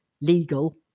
legal